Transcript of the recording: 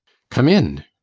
come in.